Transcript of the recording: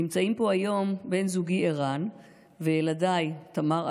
נמצאים פה היום בן זוגי ערן וילדיי תמר,